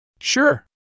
Sure